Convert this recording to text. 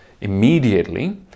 immediately